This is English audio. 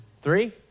Three